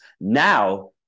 now